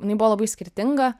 jinai buvo labai skirtinga